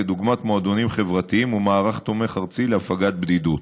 כדוגמת מועדונים חברתיים ומערך תומך ארצי להפגת בדידות.